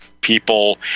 people